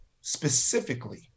specifically